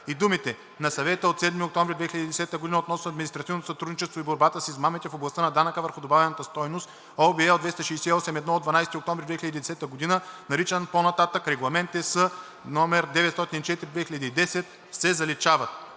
и думите „на Съвета от 7 октомври 2010 г. относно административното сътрудничество и борбата с измамите в областта на данъка върху добавената стойност (OB, L 268/1 от 12 октомври 2010 г.), наричан по-нататък „Регламент (ЕС) № 904/2010“, се заличават.“